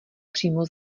přímo